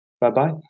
bye-bye